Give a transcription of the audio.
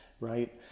right